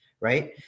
Right